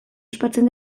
ospatzen